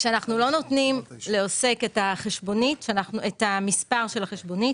כשלא נותנים לעוסק את המספר של החשבונית,